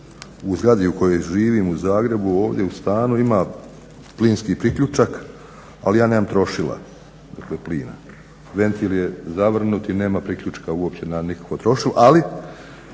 u zgradi u kojoj živim u Zagrebu ovdje u stanu ima plinski priključak, ali ja nemam trošila, dakle plina. Ventil je zavrnut i nema priključka uopće na nikakvo trošilo, ali